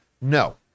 No